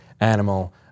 animal